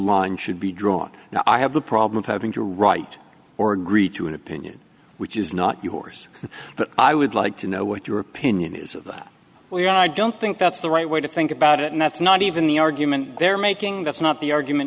launch should be drawn and i have the problem of having to write or agree to an opinion which is not yours but i would like to know what your opinion is of where i don't think that's the right way to think about it and that's not even the argument they're making that's not the argument